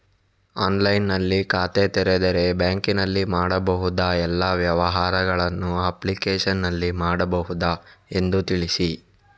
ಆನ್ಲೈನ್ನಲ್ಲಿ ಖಾತೆ ತೆರೆದರೆ ಬ್ಯಾಂಕಿನಲ್ಲಿ ಮಾಡಬಹುದಾ ಎಲ್ಲ ವ್ಯವಹಾರಗಳನ್ನು ಅಪ್ಲಿಕೇಶನ್ನಲ್ಲಿ ಮಾಡಬಹುದಾ ಎಂದು ತಿಳಿಸಿ?